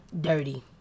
Dirty